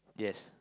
yes